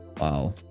wow